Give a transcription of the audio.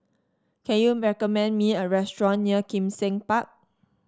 can you recommend me a restaurant near Kim Seng Park